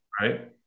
right